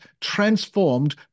transformed